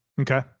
Okay